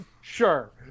Sure